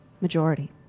majority